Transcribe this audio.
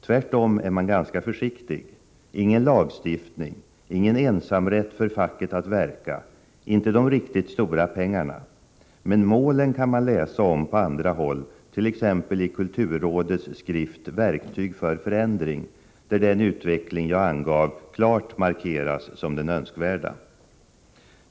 Tvärtom är man ganska försiktig — ingen lagstiftning, ingen ensamrätt för facket att verka, inte de riktigt stora pengarna. Men målen kan man läsa om på andra håll, t.ex. i kulturrådets skrift Verktyg för förändring, där den utveckling jag angav klart markeras som den önskvärda.